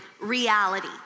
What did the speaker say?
reality